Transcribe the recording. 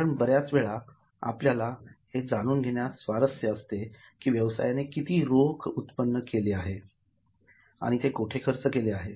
कारण बर्याच वेळा आपल्याला हे जाणून घेण्यात स्वारस्य असते की व्यवसायाने किती रोख उत्पन्न केले आहे आणि ते कोठे खर्च केले आहे